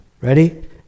Ready